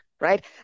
right